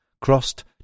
crossed